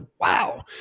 wow